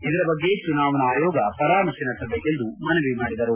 ಇದರ ಬಗ್ಗೆ ಚುನಾವಣಾ ಆಯೋಗ ಪರಾಮರ್ಶೆ ನಡೆಸಬೇಕೆಂದು ಮನವಿ ಮಾಡಿದರು